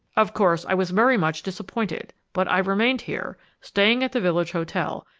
of course, i was very much disappointed, but i remained here, staying at the village hotel,